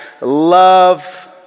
love